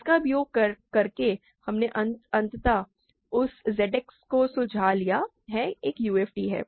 इसका उपयोग करके हमने अंततः उस ZX को सुलझा लिया है एक UFD है